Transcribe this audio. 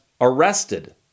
arrested